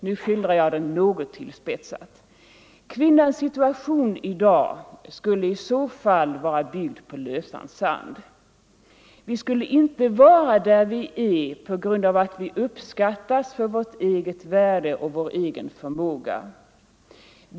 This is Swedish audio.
Nu skildrar jag den något tillspetsad. Kvinnans situation i dag skulle i så fall vara byggd på lösan sand. Vi skulle inte vara där vi i dag är och inte heller ha kommit dit därför att vi uppskattas för vårt eget värde och vår egen förmåga.